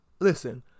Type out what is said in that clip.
Listen